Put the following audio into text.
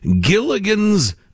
Gilligan's